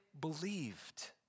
believed